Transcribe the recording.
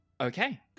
Okay